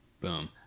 Boom